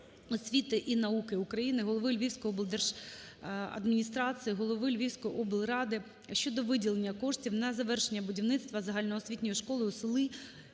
освіти і науки України, голови Львівської облдержадміністрації, голови Львівської облради щодо виділення коштів на завершення будівництва загальноосвітньої школи у селі